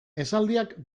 esaldiak